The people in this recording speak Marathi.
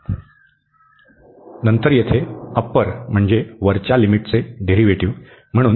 नंतर येथे अप्पर म्हणजे वरच्या लिमिटचे डेरीव्हेटिव म्हणून